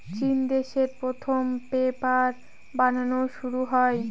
চিন দেশে প্রথম পেপার বানানো শুরু হয়